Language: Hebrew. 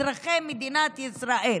אזרחי מדינת ישראל.